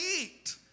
eat